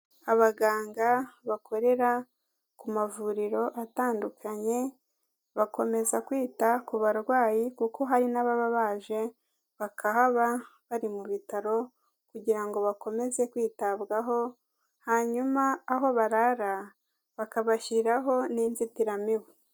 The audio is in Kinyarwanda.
Abaganga bakorera ku mavuriro atandukanye bakomeza kwita ku barwayi kuko hari n'ababa baje bakahaba bari mu bitaro kugira ngo bakomeze kwitabwaho, hanyuma aho barara bakabashyiriraho n'inzitiramibu.